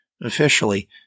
officially